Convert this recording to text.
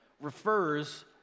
refers